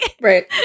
right